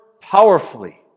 powerfully